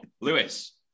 Lewis